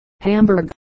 Hamburg